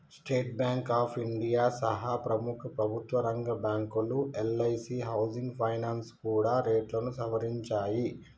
state Bank of India సహా ప్రముఖ ప్రభుత్వరంగ బ్యాంకులు, ఎల్ఐసీ హౌసింగ్ ఫైనాన్స్ కూడా రేట్లను సవరించాయి